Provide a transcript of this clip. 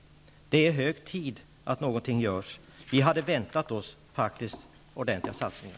Det är hög tid att någonting görs. Vi hade faktiskt väntat oss ordentliga satsningar.